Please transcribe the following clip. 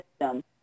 system